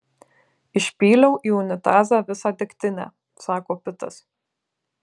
išpyliau į unitazą visą degtinę sako pitas